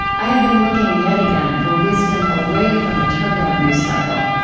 i've been looking yet again for wisdom away from the turbulent news cycle,